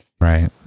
Right